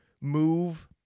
move